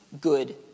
good